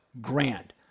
Grand